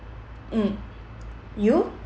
mm you